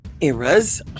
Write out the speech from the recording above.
eras